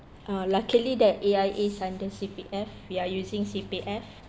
uh luckily that A_I_A is under C_P_F we are using C_P_F